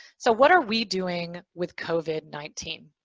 so what are we doing with covid nineteen?